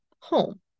home